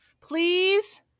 Please